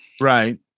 Right